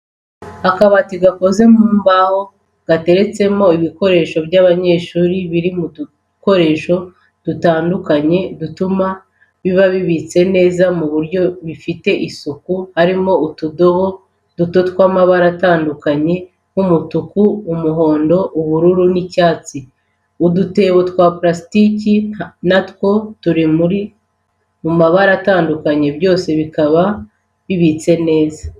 Akabati gakoze mu mbaho gateretsemo ibikoresho by'abanyeshuri biri mu dukoresho dutandukanye dutuma biba bibitse neza mu buryo bufite isuku harimo utudobo duto tw'amabara atandukanye, nk'umutuku, umuhondo, ubururu, icyatsi, udutebo twa parasitiki natwo turi mu mabara atandukanye byose bikaba bibitse neza.